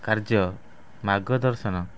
କାର୍ଯ୍ୟ ମାର୍ଗଦର୍ଶନ